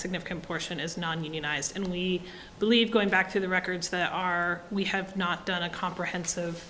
significant portion is non unionized and we believe going back to the records there are we have not done a comprehensive